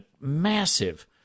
massive